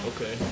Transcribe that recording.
Okay